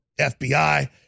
FBI